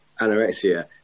anorexia